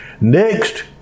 Next